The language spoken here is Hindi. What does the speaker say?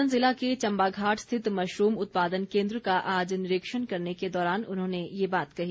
सोलन ज़िला के चंबाघाट स्थित मशरूम उत्पादन केन्द्र का आज निरीक्षण करने के दौरान उन्होंने ये बात कही